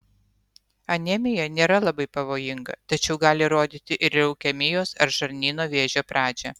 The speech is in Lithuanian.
anemija nėra labai pavojinga tačiau gali rodyti ir leukemijos ar žarnyno vėžio pradžią